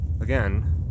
again